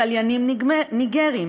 צליינים ניגרים,